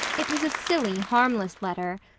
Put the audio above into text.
it was a silly, harmless letter,